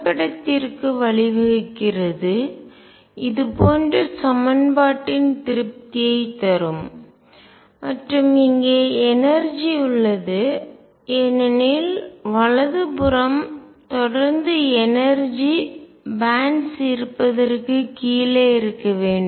இது ஒரு வரைபடத்திற்கு வழிவகுக்கிறது இதுபோன்ற சமன்பாட்டின் திருப்தியை தரும் மற்றும் இங்கே எனர்ஜிஆற்றல் உள்ளது ஏனெனில் வலது புறம் தொடர்ந்து எனர்ஜிஆற்றல் பேன்ட்ஸ் பட்டைகள் இருப்பதற்கு கீழே இருக்க வேண்டும்